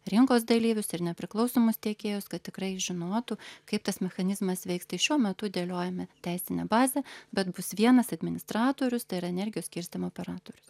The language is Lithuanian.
rinkos dalyvius ir nepriklausomus tiekėjus kad tikrai žinotų kaip tas mechanizmas veiks tai šiuo metu dėliojame teisinę bazę bet bus vienas administratorius tai yra energijos skirstymo operatorius